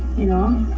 you know,